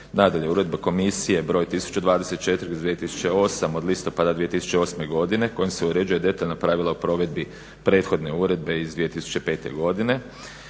Nadalje, Uredba komisije br. 1024/2008 od listopada 2008.godine kojom se uređuju detaljna pravila o provedbi prethodne uredbe iz 2005.godine.